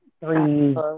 Three